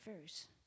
first